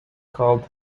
called